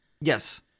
Yes